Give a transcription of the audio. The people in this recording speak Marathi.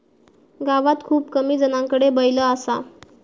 गावात खूप कमी जणांकडे बैल असा